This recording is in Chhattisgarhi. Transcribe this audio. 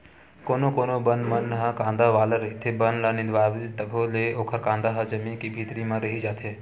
कोनो कोनो बन मन ह कांदा वाला रहिथे, बन ल निंदवाबे तभो ले ओखर कांदा ह जमीन के भीतरी म रहि जाथे